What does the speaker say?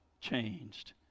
changed